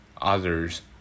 others